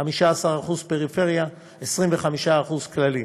15% פריפריה, 25% כללי.